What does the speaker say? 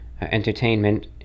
entertainment